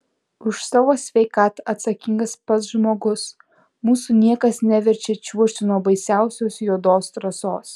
už savo sveikatą atsakingas pats žmogus mūsų niekas neverčia čiuožti nuo baisiausios juodos trasos